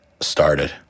started